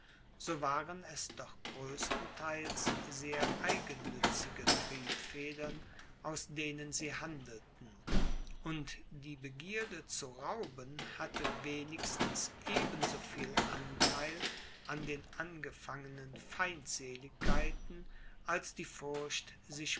so waren es doch größtenteils sehr eigennützige triebfedern aus denen sie handelten und die begierde zu rauben hatte wenigstens eben so viel antheil an den angefangenen feindseligkeiten als die furcht sich